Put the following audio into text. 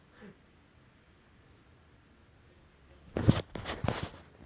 !aiyo! dey நம்ம பத்து to முப்பது நிமிஷத்துக்கு:namma pathu du muppathu nimishathukku tamil பேசணும்:pesanum